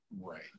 Right